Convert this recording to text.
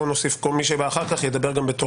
לא נוסיף את כל מי שבא אחר כך, הוא ידבר בתורו.